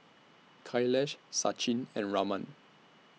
Kailash Sachin and Raman